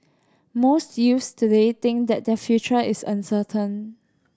most youths today think that their future is uncertain